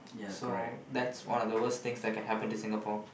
so that's one of the worst things that can happen to Singapore